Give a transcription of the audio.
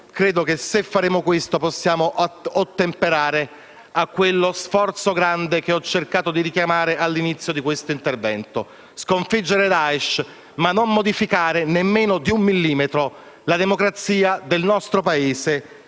Credo che se faremo questo, potremo ottemperare al grande sforzo che ho cercato di richiamare all'inizio di questo intervento: sconfiggere Daesh, senza modificare, nemmeno di un millimetro, la democrazia del nostro Paese